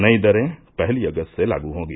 नई दरें पहली अगस्त से लागू होगी